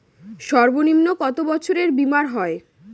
সর্বনিম্ন কত বছরের বীমার হয়?